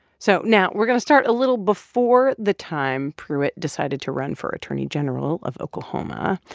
so now we're going to start a little before the time pruitt decided to run for attorney general of oklahoma.